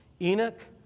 Enoch